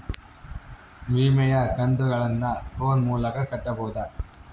ವಿಮೆಯ ಕಂತುಗಳನ್ನ ಫೋನ್ ಮೂಲಕ ಕಟ್ಟಬಹುದಾ?